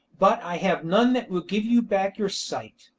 but i have none that will give you back your sight.